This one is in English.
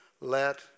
let